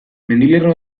mendilerro